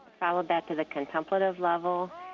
followed that to the contemplative level,